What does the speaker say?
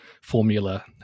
formula